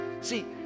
See